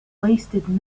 wasted